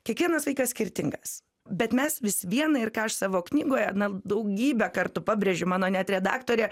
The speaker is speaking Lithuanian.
kiekvienas vaikas skirtingas bet mes vis vien ir ką aš savo knygoje na daugybę kartų pabrėžiu mano net redaktorė